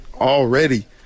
already